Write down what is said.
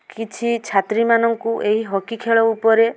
କିଛି ଛାତ୍ରୀମାନଙ୍କୁ ଏହି ହକି ଖେଳ ଉପରେ